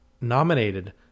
nominated